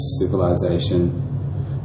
civilization